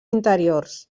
interiors